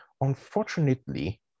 Unfortunately